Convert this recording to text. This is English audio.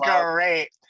great